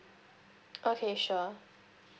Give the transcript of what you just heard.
okay sure